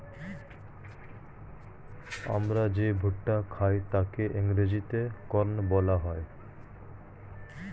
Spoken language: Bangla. আমরা যে ভুট্টা খাই তাকে ইংরেজিতে কর্ন বলা হয়